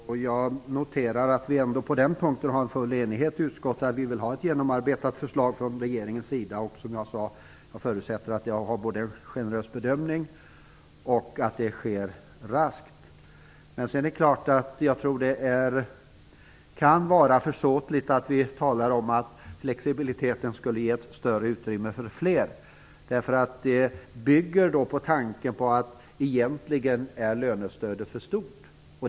Herr talman! Jag noterar att det ändå på den punkten råder full enighet i utskottet om att vi vill ha ett genomarbetat förslag från regeringens sida. Som jag sade förutsätter jag att förslaget kommer att innehålla en generös bedömning och att arbetet sker raskt. Men det kan vara försåtligt att tala om att flexibiliteten skulle ge ett större utrymme för fler, därför att det bygger på tanken att lönestödet egentligen är för stort.